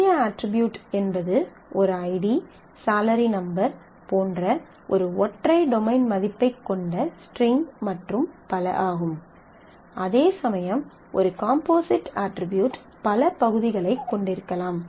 எளிய அட்ரிபியூட் என்பது ஒரு ஐடி ஸாலரி நம்பர் போன்ற ஒரு ஒற்றை டொமைன் மதிப்பைக் கொண்ட ஸ்ட்ரிங் மற்றும் பல ஆகும் அதேசமயம் ஒரு காம்போசிட் அட்ரிபியூட் பல பகுதிகளைக் கொண்டிருக்கலாம்